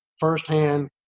firsthand